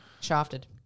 shafted